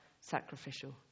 sacrificial